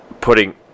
putting